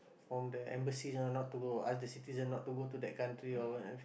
from the embassies ah not to go uh the citizen not to go to the country or whatev~